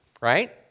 right